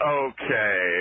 okay